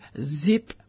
zip